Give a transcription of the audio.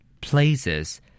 places